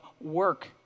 work